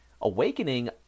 Awakening